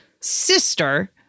sister